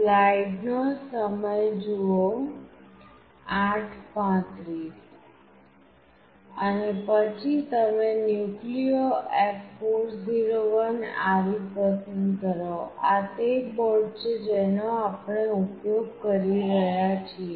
અને પછી તમે NucleoF401RE પસંદ કરો આ તે બોર્ડ છે જેનો આપણે ઉપયોગ કરી રહ્યા છીએ